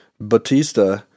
Batista